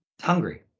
hungry